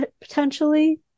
potentially